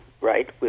right